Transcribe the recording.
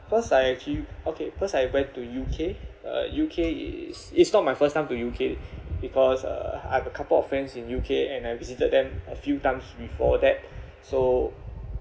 first I actually okay first I went to U_K uh U_K is it's not my first time to U_K because uh I have a couple of friends in U_K and I visited them a few times before that so